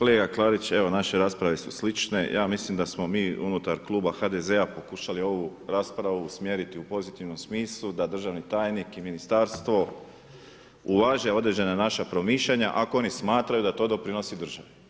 Kolega Klarić, evo naše rasprave su slične, ja mislim da smo mi unutar Kluba HDZ-a pokušali ovu raspravu usmjeriti u pozitivnom smislu da državni tajnik i ministarstvo uvaže određena naša promišljanja, ako oni smatraju da to doprinosi državi.